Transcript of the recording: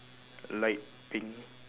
light pink